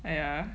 yeah